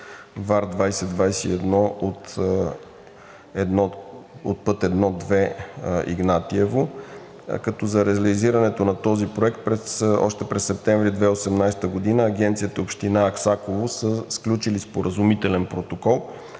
VAR-2021 от път I-2, Игнатиево. За реализирането на този проект още през септември 2018 г. Агенцията и Община Аксаково са сключили споразумителен протокол